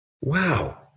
Wow